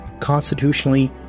constitutionally